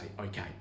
okay